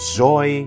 joy